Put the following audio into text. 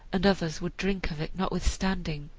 and others would drink of it notwithstanding.